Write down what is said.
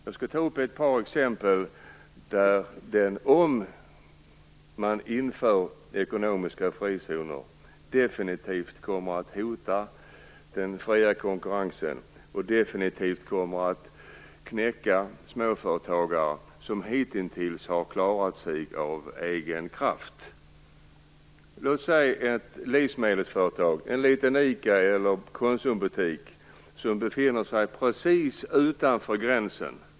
Jag skall ta upp ett par exempel där ett införande av ekonomiska frizoner definitivt kommer att hota den fria konkurrensen och knäcka småföretagare som hittills har klarat sig av egen kraft. Låt oss ta ett livsmedelsföretag - en liten ICA eller Konsumbutik - som befinner sig precis utanför gränsen.